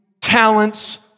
talents